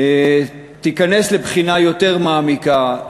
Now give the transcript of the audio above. תיכנס לבחינה יותר מעמיקה,